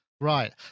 Right